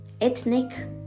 ethnic